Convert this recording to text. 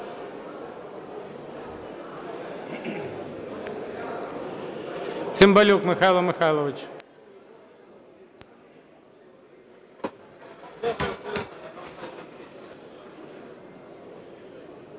Цимбалюк Михайло Михайлович.